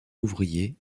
ouvrier